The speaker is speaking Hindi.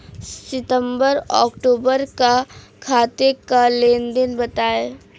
सितंबर अक्तूबर का खाते का लेनदेन बताएं